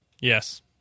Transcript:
Yes